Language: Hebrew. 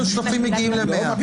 --- מגיעים ל-100.